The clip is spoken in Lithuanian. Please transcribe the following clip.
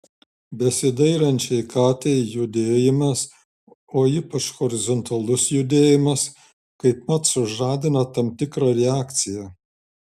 besidairančiai katei judėjimas o ypač horizontalus judėjimas kaipmat sužadina tam tikrą reakciją